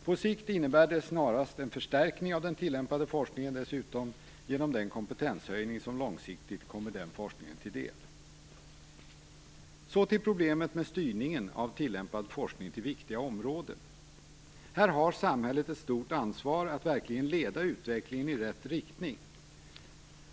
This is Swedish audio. På sikt innebär det snarast en förstärkning av den tillämpade forskningen genom den kompetenshöjning som långsiktigt kommer den forskningen till del. Så till problemet med styrningen av tillämpad forskning till viktiga områden. Här har samhället ett stort ansvar att verkligen leda utvecklingen i rätt riktning.